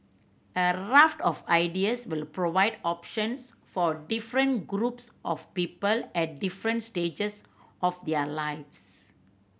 a raft of ideas will provide options for different groups of people at different stages of their lives